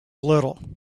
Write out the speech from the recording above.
little